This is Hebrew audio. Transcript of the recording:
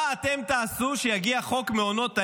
מה אתם תעשו כשיגיע חוק מעונות היום,